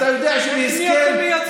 את מי אתם מייצגים?